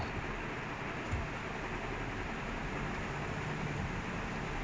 ya ya அவங்க சும்மா இத பண்ண முடியாது இல்லையா:avanga summa idhu panna mudiyaathu illaiyaa